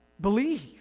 believe